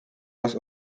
raz